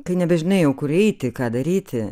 kai nebežinai jau kur eiti ką daryti